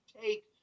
take